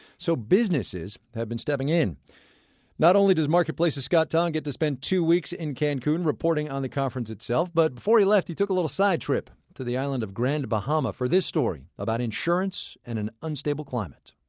so businesses have been stepping in not only does marketplace's scott tong get to spend two weeks in cancun, reporting on the conference itself, but before he left, he took a little side trip to the island of grand bahama for this story about insurance and an unstable climate